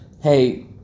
hey